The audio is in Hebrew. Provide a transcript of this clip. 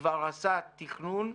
כבר עשה תכנון.